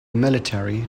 military